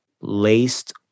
laced